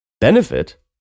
benefit